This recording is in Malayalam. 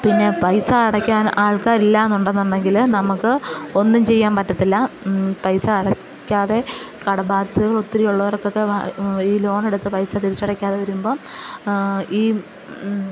പിന്നെ പൈസ അടക്കാൻ ആൾക്കാരില്ലയെന്നുണ്ടെന്നുണ്ടെങ്കിൽ നമുക്ക് ഒന്നും ചെയ്യാൻ പറ്റത്തില്ല പൈസ അടക്കാതെ കടബാധ്യതകൾ ഒത്തിരി ഉള്ളവർക്കൊക്കെ ഈ ലോണെടുത്ത പൈസ തിരിച്ചടയ്ക്കാതെ വരുമ്പം ഈ